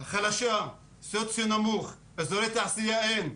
חלשות, סוציו-אקונומי נמוך, אזורי תעשייה אין.